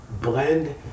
blend